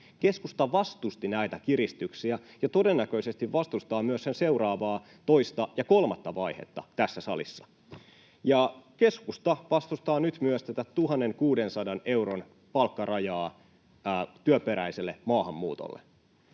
Keskusta vastusti näitä kiristyksiä ja todennäköisesti vastustaa myös niiden seuraavaa toista ja kolmatta vaihetta tässä salissa. Keskusta vastustaa nyt myös tätä 1 600 euron palkkarajaa työperäiselle maahanmuutolle.